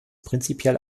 prinzipiell